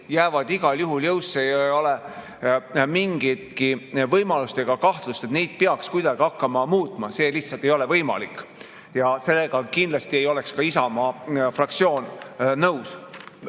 jäävad igal juhul jõusse. Ei ole mingitki võimalust ega kahtlust, et neid peaks kuidagi hakkama muutma, see lihtsalt ei ole võimalik. Sellega kindlasti ei oleks ka Isamaa fraktsioon nõus.